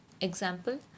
Example